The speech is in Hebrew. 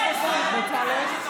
(קוראת בשמות חברי הכנסת)